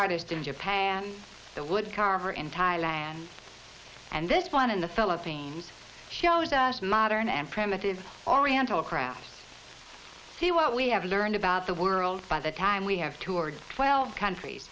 artist in japan the woodcarver in thailand and this one in the philippines shows us modern and primitive oriental crafts see what we have learned about the world by the time we have toured twelve countries